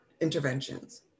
interventions